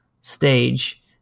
stage